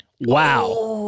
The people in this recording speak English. Wow